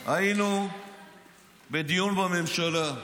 היום היינו בדיון בממשלה.